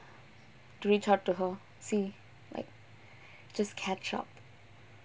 to reach out to her see like just catch up